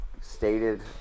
stated